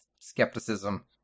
skepticism